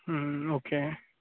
okay